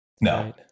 No